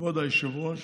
כבוד היושב-ראש,